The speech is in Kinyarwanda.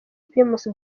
primus